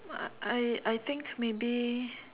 I I I think maybe